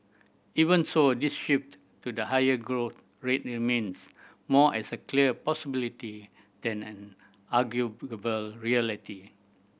even so this shift to the higher growth rate remains more as a clear possibility than an reality